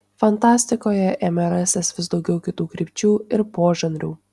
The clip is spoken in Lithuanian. fantastikoje ėmė rastis vis daugiau kitų krypčių ir požanrių